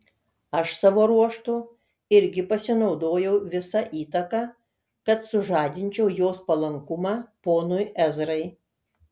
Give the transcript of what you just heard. aš savo ruožtu irgi pasinaudojau visa įtaka kad sužadinčiau jos palankumą ponui ezrai